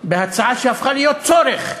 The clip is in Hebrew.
בהצעה שהפכה להיות צורך.